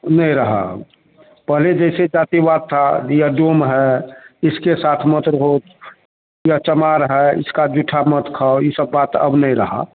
नहीं रहा अब पहले जैसे जातिवाद था डोम है इसके साथ मत रहो या चमार है उसका जूठा मत खाओ यह सब बात अब नहीं रहा